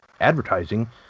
advertising